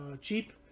cheap